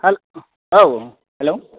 hello औ hello